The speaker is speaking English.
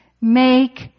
Make